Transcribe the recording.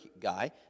guy